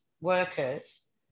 workers